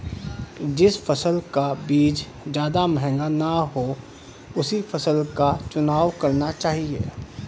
जिस फसल का बीज ज्यादा महंगा ना हो उसी फसल का चुनाव करना चाहिए